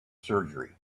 surgery